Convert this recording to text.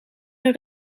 een